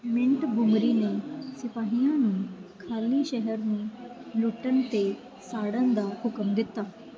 Montgomery ਨੇ ਸਿਪਾਹੀਆਂ ਨੂੰ ਖ਼ਾਲੀ ਸ਼ਹਿਰ ਨੂੰ ਲੁੱਟਣ ਅਤੇ ਸਾੜਨ ਦਾ ਹੁਕਮ ਦਿੱਤਾ